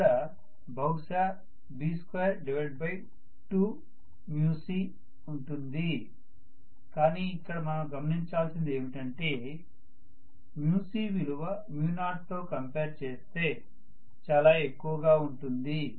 ఇక్కడ బహుశా B22cఉంటుంది కానీ ఇక్కడ మనము గమనించాల్సింది ఏంటంటే cవిలువ 0 తో కంపేర్ చేస్తే చాలా ఎక్కువగా ఉంటుంది